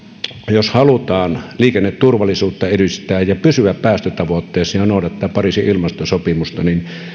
jos halutaan liikenneturvallisuutta edistää ja pysyä päästötavoitteissa ja noudattaa pariisin ilmastosopimusta